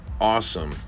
Awesome